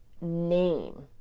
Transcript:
name